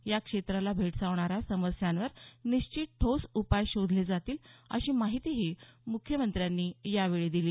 या क्षेत्राला भेडसावणाऱ्या समस्यांवर निश्चित ठोस उपाय शोधले जातील अशी माहितीही मुख्यमंत्र्यांनी यावेळी दिली